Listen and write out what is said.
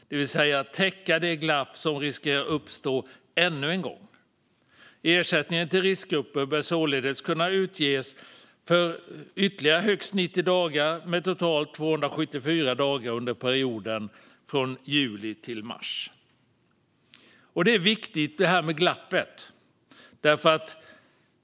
Det ska täcka det glapp som riskerar att uppstå ännu en gång. Ersättningen till riskgrupper bör således kunna utges för ytterligare högst 90 dagar, och med totalt 274 dagar under perioden 1 juli 2020 till 31 mars 2021. Detta med glappet är viktigt.